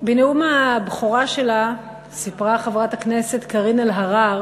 בנאום הבכורה שלה סיפרה חברת הכנסת קארין אלהרר